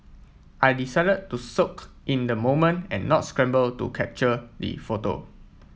I decided to soak in the moment and not scramble to capture the photo